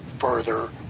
further